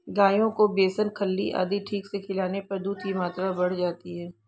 गायों को बेसन खल्ली आदि ठीक से खिलाने पर दूध की मात्रा बढ़ जाती है